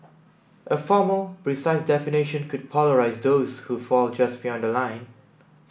a formal precise definition could polarise those who fall just beyond the line